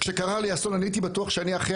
כשקרה לי האסון אני הייתי בטוח שאני אחרי